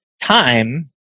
time